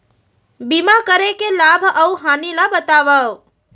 बीमा करे के लाभ अऊ हानि ला बतावव